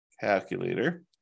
Calculator